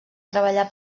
treballar